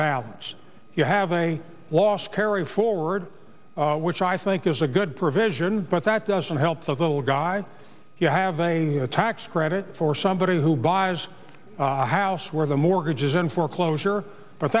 balance you have a loss carryforwards which i think is a good provision but that doesn't help the little guy you have a tax credit for somebody who buys a house where the mortgage is in foreclosure but